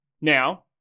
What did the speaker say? Now